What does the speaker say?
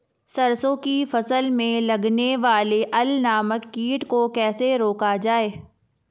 सरसों की फसल में लगने वाले अल नामक कीट को कैसे रोका जाए?